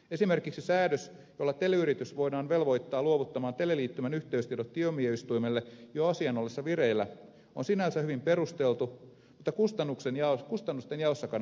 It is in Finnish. esimerkiksi säädös jolla teleyritys voidaan velvoittaa luovuttamaan teleliittymän yhteystiedot tuomioistuimelle jo asian ollessa vireillä on sinänsä hyvin perusteltu mutta kustannusten jaossa kannattaa olla tarkkana